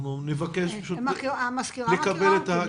נבקש לקבל את זה.